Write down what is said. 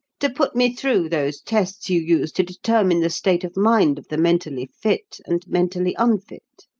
to put me through those tests you use to determine the state of mind of the mentally fit and mentally unfit